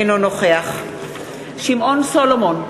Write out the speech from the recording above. אינו נוכח שמעון סולומון,